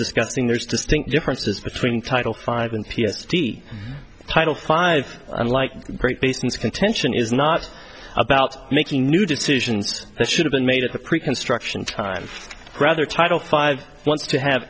discussing there's distinct differences between title five and p s t title five unlike great baseness contention is not about making new decisions that should have been made at the pre construction time rather title five wants to have